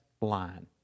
line